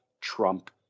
Trump